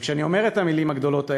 וכשאני אומר את המילים הגדולות האלה,